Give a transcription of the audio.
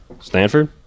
Stanford